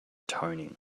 toning